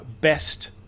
best